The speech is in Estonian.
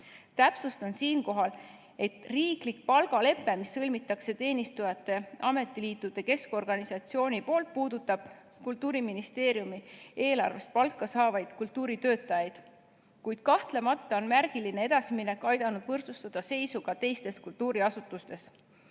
Täpsustan siinkohal, et riiklik palgalepe, mis sõlmitakse Teenistujate Ametiliitude Keskorganisatsiooniga, puudutab Kultuuriministeeriumi eelarvest palka saavaid kultuuritöötajaid, kuid kahtlemata on see märgiline edasiminek aidanud võrdsustada seisu ka teistes kultuuriasutustes.